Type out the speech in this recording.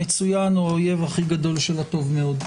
המצוין הוא האויב הכי גדול של הטוב מאוד.